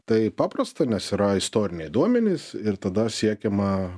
tai paprasta nes yra istoriniai duomenys ir tada siekiama